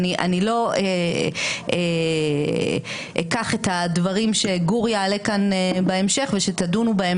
אני לא אקח את הדברים שגור יעלה כאן בהמשך ושתדונו בהם